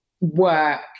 work